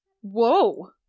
Whoa